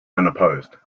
unopposed